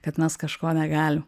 kad mes kažko negalim